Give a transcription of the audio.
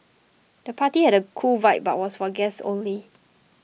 the party had a cool vibe but was for guests only